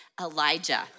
Elijah